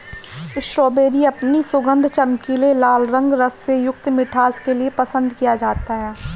strawberry अपने सुगंध, चमकीले लाल रंग, रस से युक्त मिठास के लिए पसंद किया जाता है